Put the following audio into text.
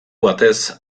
batez